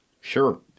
Sure